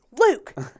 Luke